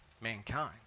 mankind